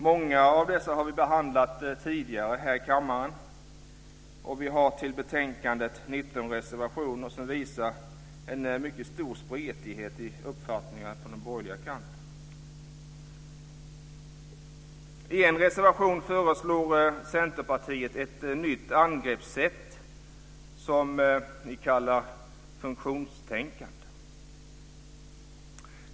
Många av dessa har vi behandlat tidigare här i kammaren. Vi har till betänkandet 19 reservationer som visar en mycket stor spretighet i uppfattningarna på den borgerliga kanten. I en reservation föreslår Centerpartiet ett nytt angreppssätt, som de kallar funktionstänkande.